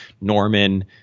Norman